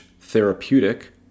therapeutic